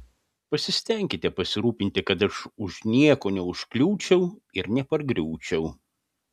pasistenkite pasirūpinti kad aš už nieko neužkliūčiau ir nepargriūčiau